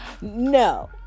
No